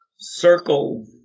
circle